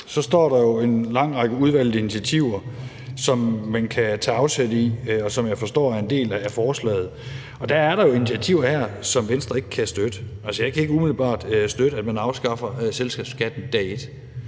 står der jo en lang række udvalgte initiativer, som man kan tage afsæt i, og som jeg forstår er en del af forslaget, og der er der jo her initiativer, som Venstre ikke kan støtte. Altså, jeg kan ikke umiddelbart støtte, at man afskaffer selskabsskatten fra dag et.